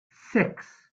six